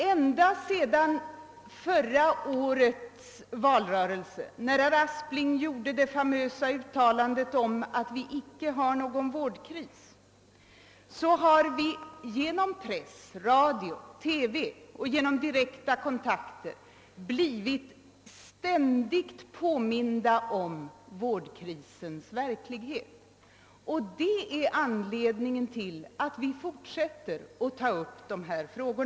Ända sedan förra årets valrörelse, när herr Aspling gjorde sitt famösa uttalande om att vi inte har någon vårdkris, har vi genom press, radio och TV samt vid direkta kontakter ständigt blivit påminda om vårdkrisens verklighet, och det är anledningen till att vi fortsätter att ta upp dessa frågor.